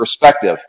perspective